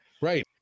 Right